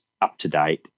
up-to-date